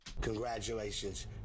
Congratulations